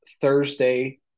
Thursday